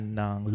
ng